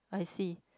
I see